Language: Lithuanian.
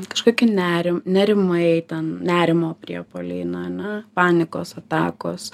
kažkokį nerim nerimai ten nerimo priepuoliai na ane panikos atakos